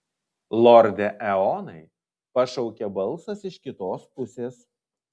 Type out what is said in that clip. lorde eonai pašaukė balsas iš kitos pusės